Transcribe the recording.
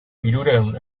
hirurehun